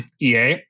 EA